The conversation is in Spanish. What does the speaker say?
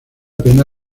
pena